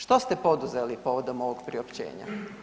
Što ste poduzeli povodom ovog priopćenja?